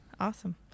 Awesome